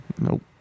Nope